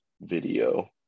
video